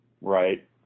right